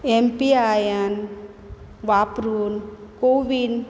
M P I N वापरून कोवीन